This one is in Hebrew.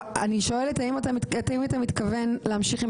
אני שואלת האם אתה מתכוון להמשיך עם